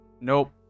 Nope